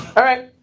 alright,